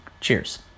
Cheers